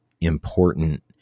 important